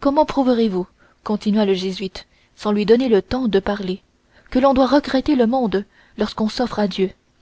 comment prouverez vous continua le jésuite sans lui donner le temps de parler que l'on doit regretter le monde lorsqu'on s'offre à dieu